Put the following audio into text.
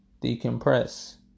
decompress